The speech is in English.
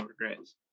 Regrets